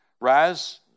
rise